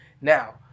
now